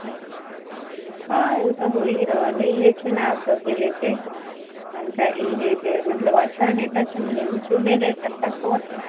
हँ ओ तऽ होहि रहल अछि चुनाव सबके लेके तनिके ई अछि जे अच्छा नेता चुनि चुनि लय तेकर सोच सब